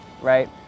right